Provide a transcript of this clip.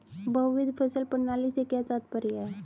बहुविध फसल प्रणाली से क्या तात्पर्य है?